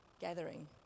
gathering